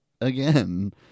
again